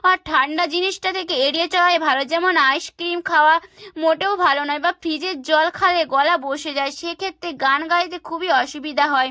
আর ঠান্ডা জিনিসটা থেকে এড়িয়ে যাওয়াই ভালো যেমন আইসক্রিম খাওয়া মোটেও ভালো নয় বা ফ্রিজের জল খেলে গলা বসে যায় সেক্ষেত্রে গান গাইতে খুবই অসুবিধা হয়